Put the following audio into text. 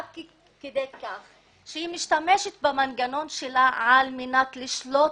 עד כדי כך שהיא משתמשת במנגנון שלה על מנת לשלוט